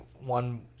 one